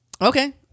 Okay